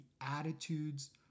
attitudes